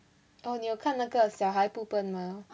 哦你有看那个小孩不笨吗